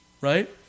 Right